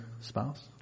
spouse